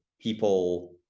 people